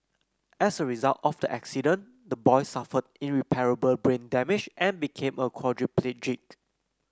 as a result of the accident the boy suffered irreparable brain damage and became a quadriplegic